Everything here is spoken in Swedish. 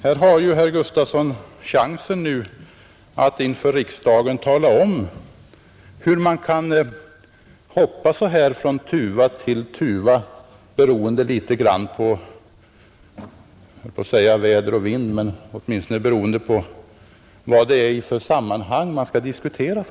Här har herr Gustafson chansen att inför riksdagen tala om hur man kan hoppa på detta sätt från tuva till tuva, beroende — höll jag på att säga — på väder och vind, men i varje fall beroende på i vilket sammanhang frågorna diskuteras.